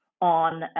on